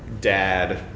dad